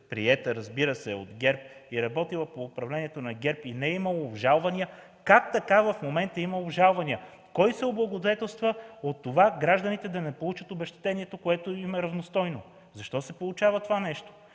приета е, разбира се, от ГЕРБ и не е имало обжалвания, как така в момента има обжалвания? Кой се облагодетелства от това гражданите да не получат обезщетението, което им е равностойно? Защо се получава това нещо?